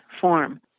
form